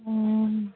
ꯎꯝ